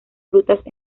frutas